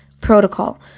protocol